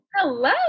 Hello